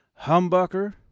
humbucker